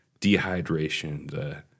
dehydration